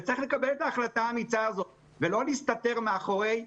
צריך לקבל את ההחלטה האמיצה הזו ולא להסתתר מאחורי אמירה: